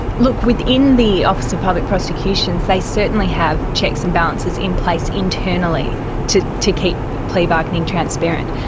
look, within the office of public prosecutions they certainly have checks and balances in place internally to to keep plea bargaining transparent.